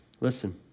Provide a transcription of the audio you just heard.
listen